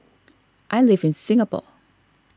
I live in Singapore